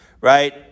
right